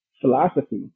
philosophy